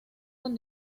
con